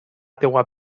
teua